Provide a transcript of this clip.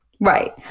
Right